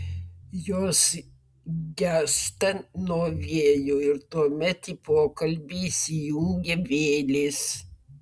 jos gęsta nuo vėjo ir tuomet į pokalbį įsijungia vėlės